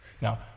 Now